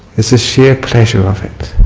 is the shear pleasure of it.